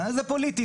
זה פוליטי,